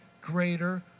greater